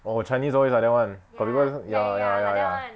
oh chinese always like that [one] got people ya ya ya ya